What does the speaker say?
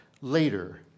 later